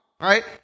Right